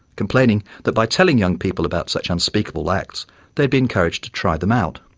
complaining that by telling young people about such unspeakable acts they'd be encouraged to try them out.